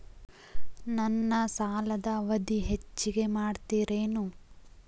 ನನ್ನ ಸಾಲದ ಅವಧಿ ಹೆಚ್ಚಿಗೆ ಮಾಡ್ತಿರೇನು?